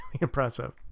impressive